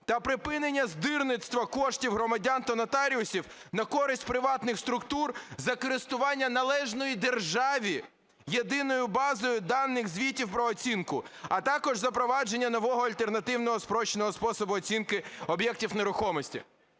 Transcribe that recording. та припинення здирництва коштів громадян та нотаріусів на користь приватних структур за користування належної державі Єдиної бази даних звітів про оцінку, а також запровадження нового альтернативного спрощеного способу оцінки об'єктів нерухомості.